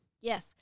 yes